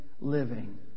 living